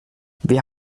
wir